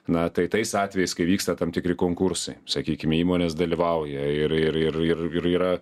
na tai tais atvejais kai vyksta tam tikri konkursai sakykim įmonės dalyvauja ir ir ir ir ir yra